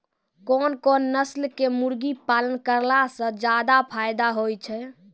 कोन कोन नस्ल के मुर्गी पालन करला से ज्यादा फायदा होय छै?